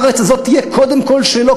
הארץ הזאת תהיה קודם כול שלו,